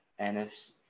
NFC